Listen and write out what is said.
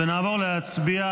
--- אנחנו נוסיף